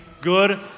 good